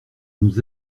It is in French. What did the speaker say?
nous